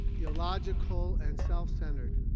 illogical, and self-centered.